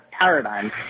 paradigm